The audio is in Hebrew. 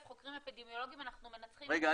חוקרים אפידמיולוגיים אנחנו מנצחים את --- רגע,